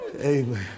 Amen